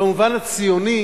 במובן הציוני,